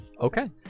Okay